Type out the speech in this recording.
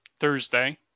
Thursday